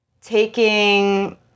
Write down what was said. taking